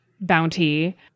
bounty